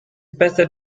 better